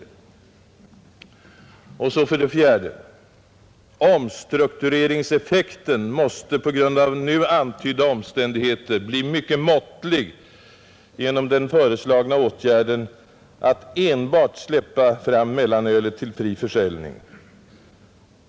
4. Omstruktureringseffekten måste på grund av nu antydda omständigheter bli mycket måttlig genom den föreslagna åtgärden att enbart släppa fram mellanölet till fri försäljning.